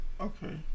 Okay